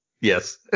Yes